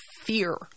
fear